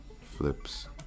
flips